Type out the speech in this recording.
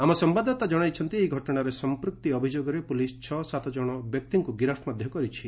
ଆମ ସମ୍ଭାଦଦାତା ଜଣାଇଛନ୍ତି ଏହି ଘଟଣାରେ ସମ୍ପୃକ୍ତି ଅଭିଯୋଗରେ ପୁଲିସ୍ ଛଅ ସାତ କଣ ବ୍ୟକ୍ତିଙ୍କୁ ଗିରଫ କରିଛି